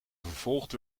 vervolgd